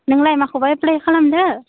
नोंलाय माखौबा एप्लाइ खालामदों